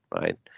right